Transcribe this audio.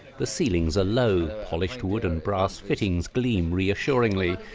the ceilings are low. polished wood and brass fittings gleam reassuringly.